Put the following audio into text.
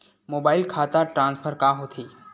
Mobile खाता transfer का होथे?